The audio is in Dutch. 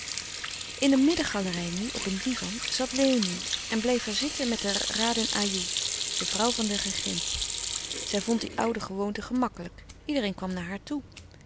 in de middengalerij nu op een divan zat léonie en bleef er zitten met de raden ajoe de vrouw van den regent zij vond die oude louis couperus de stille kracht gewoonte gemakkelijk ieder kwam naar haar toe